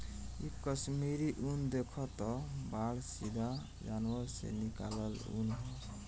इ कश्मीरी उन देखतऽ बाड़ऽ सीधा जानवर से निकालल ऊँन ह